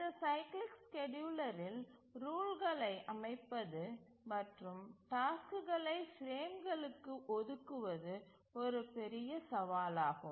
இந்த சைக்கிளிக் ஸ்கேட்யூலரில் ரூல்களை அமைப்பது மற்றும் டாஸ்க்குகளை பிரேம்களுக்கு ஒதுக்குவது ஒரு பெரிய சவாலாகும்